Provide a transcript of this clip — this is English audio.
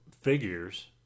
figures